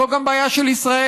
זו גם בעיה של ישראל.